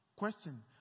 Question